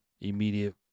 immediate